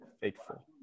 Faithful